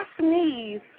sneeze